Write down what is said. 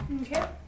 Okay